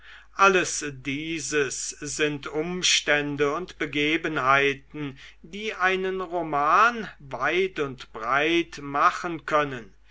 alles dieses sind umstände und begebenheiten die einen roman weit und breit machen können